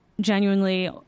genuinely